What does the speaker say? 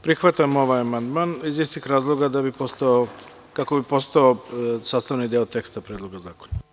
Prihvatam ovaj amandman iz istih razloga, kako bi postao sastavni deo teksta Predloga zakona.